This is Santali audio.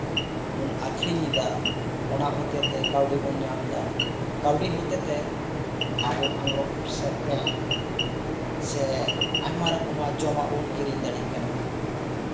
ᱵᱚᱱ ᱟᱠᱷᱨᱤᱧᱮᱫᱟ ᱚᱱᱟ ᱦᱚᱛᱮᱛᱮ ᱠᱟᱹᱣᱰᱤ ᱵᱚᱱ ᱧᱟᱢ ᱮᱫᱟ ᱠᱟᱹᱣᱰᱤ ᱦᱚᱛᱮᱛᱮ ᱟᱵᱚ ᱟᱸᱜᱽᱨᱚᱵᱽ ᱥᱮ ᱯᱮᱱ ᱥᱮ ᱟᱭᱢᱟ ᱨᱚᱠᱚᱢᱟᱜ ᱡᱚᱢᱟᱜ ᱵᱚᱱ ᱠᱤᱨᱤᱧ ᱫᱟᱲᱮᱭᱟᱜ ᱠᱟᱱᱟ